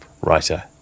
writer